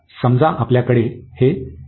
समजा आपल्याकडे हे आहे